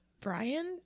Brian